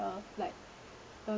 like